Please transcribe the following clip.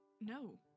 No